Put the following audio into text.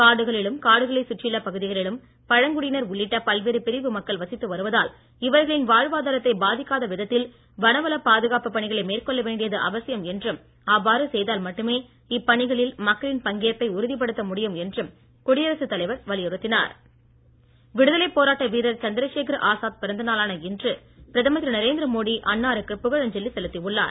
காடுகளிலும் காடுகளை சுற்றியுள்ள பகுதிகளிலும் பழங்குடியினர் உள்ளிட்ட பல்வேறு பிரிவு மக்கள் வசித்து வருவதால் இவர்களின் வாழ்வாதாரத்தை பாதிக்காத விதத்தில் வனவளப் பாதுகாப்புப் பணிகளை மேற்கொள்ள வேண்டியது அவசியம் என்றும் அவ்வாறு செய்தால் மட்டுமே இப்பணிகளில் மக்களின் பங்கேற்பை உறுதிப்படுத்த முடியும் என்றும் குடியரசு தலைவர் வலியுறுத்தினார் அஞ்சலி விடுதலைப் போராட்ட வீரர் சந்திரசேகர ஆசாத் பிறந்த நாளான இன்று பிரதமர் திரு நரேந்திர மோடி அன்னாருக்கு புகழஞ்சலி செலுத்தியுள்ளார்